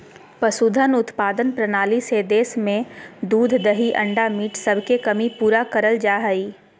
पशुधन उत्पादन प्रणाली से देश में दूध दही अंडा मीट सबके कमी पूरा करल जा हई